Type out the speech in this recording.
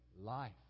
life